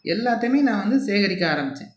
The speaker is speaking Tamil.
எல்லாத்தயும் நான் வந்து சேகரிக்க ஆரம்பித்தேன்